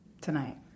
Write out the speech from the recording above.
tonight